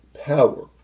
power